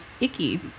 icky